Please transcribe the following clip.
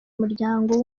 umuryango